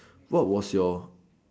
what was your